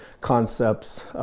concepts